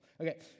Okay